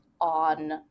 on